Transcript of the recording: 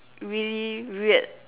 really weird